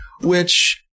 which-